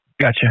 Gotcha